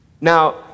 Now